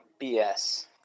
BS